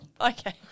Okay